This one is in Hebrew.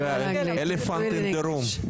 בואו נדבר על ה-elephant in the room.